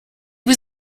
was